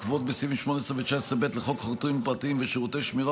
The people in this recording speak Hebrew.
הקבועות בסעיפים 18 ו-19(ב) לחוק חוקרים פרטיים ושירותי שמירה,